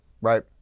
Right